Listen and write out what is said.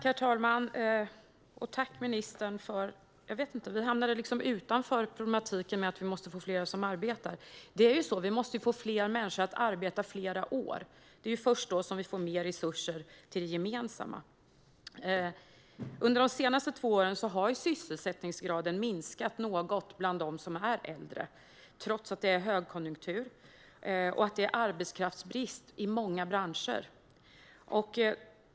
Herr talman! Tack, ministern! Vi hamnade dock utanför problematiken med att vi måste få fler som arbetar. Det är så det är: Vi måste få fler människor att arbeta fler år. Det är först då som vi får mer resurser till det gemensamma. Under de senaste två åren har sysselsättningsgraden minskat något bland dem som är äldre, trots att det är högkonjunktur och arbetskraftsbrist i många branscher.